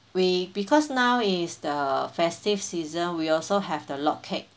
we because now is the festive season we also have the log cake